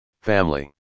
family